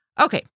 Okay